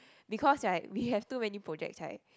because right we have too many projects right